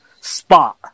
spot